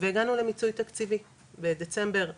והגענו למיצוי תקציבי, בדצמבר 22,